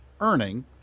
earning